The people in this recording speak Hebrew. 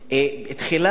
תחילה,